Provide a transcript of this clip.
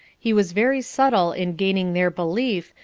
he was very subtle in gaining their belief,